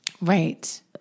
Right